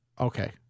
Okay